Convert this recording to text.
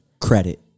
credit